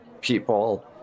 people